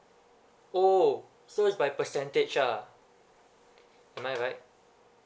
orh so is by percentage lah am I right